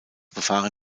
befahren